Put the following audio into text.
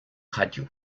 radio